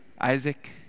Isaac